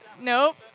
Nope